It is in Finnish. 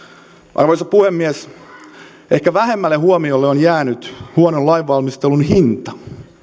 arvoisa puhemies ehkä vähemmälle huomiolle on jäänyt huonon lainvalmistelun hinta